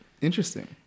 Interesting